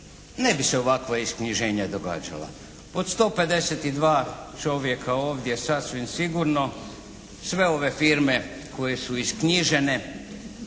ne bi se ovakva isknjiženja događala. Od 152 čovjeka ovdje, sasvim sigurno sve ove firme koje su isknjižene